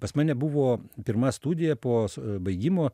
pas mane buvo pirma studija po baigimo